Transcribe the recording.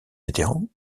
vétérans